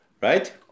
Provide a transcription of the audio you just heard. Right